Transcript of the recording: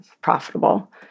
profitable